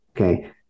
okay